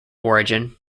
origin